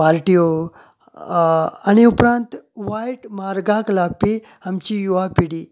पार्ट्यो आनी उपरांत वायट मार्गाक लागपी आमची युवा पिढी